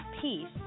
peace